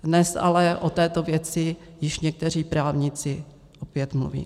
Dnes ale o této věci již někteří právníci opět mluví.